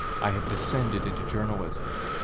i have descended into journalism.